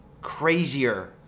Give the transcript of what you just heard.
crazier